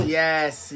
yes